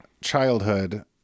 childhood